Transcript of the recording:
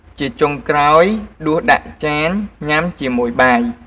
ជាចុងក្រោយ ដួសដាក់ចានញ៉ាំជាមួយបាយ។